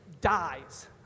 dies